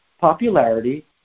popularity